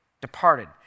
departed